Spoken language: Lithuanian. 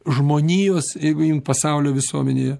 žmonijos jeigu imt pasaulio visuomenėje